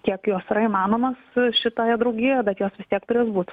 kiek jos yra įmanomos šitoje draugijoje bet jos vis tiek turės būt